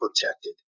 protected